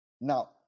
Now